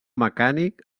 mecànic